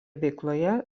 veikloje